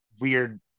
weird